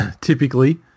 typically